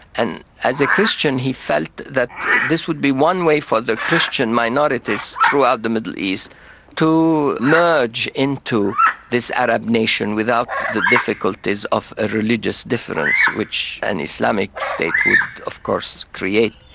and as a christian he felt that this would be one way for the christian minorities throughout the middle east to merge into this arab nation without the difficulties of a religious difference, which an islamic state would of course create.